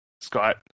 Scott